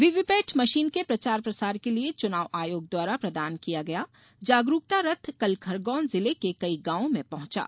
VVPAT machine के प्रचार प्रसार के लिए चुनाव आयोग द्वारा प्रदान किया गया जागरूकता रथ कल खरगोन जिले के कई गाँवों में पहुँचा